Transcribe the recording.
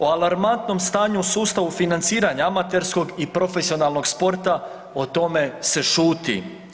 O alarmantnom stanju u sustavu financiranja amaterskog i profesionalnog sporta o tome se šuti.